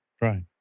Right